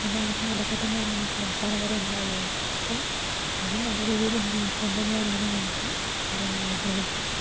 ഉള്ള കണക്കിന് ഇതൊക്കെ തന്നെ നമുക്ക് അവസാനം വരെ ഉണ്ടാകുകയുളളൂ അപ്പം അതും നല്ല രീതിയിൽ എന്തു ചെയുക കൊണ്ട് പോകാനാണ് ഞാനിപ്പോൾ എന്തു ചെയ്യുന്നത് ആഗ്രഹിക്കുന്നത്